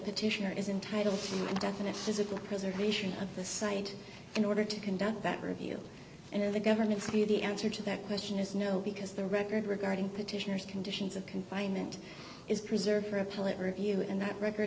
petitioner is entitled to a definite physical preservation of the site in order to conduct that review and in the government's view the answer to that question is no because the record regarding petitioners conditions of confinement is preserved for a political view and that record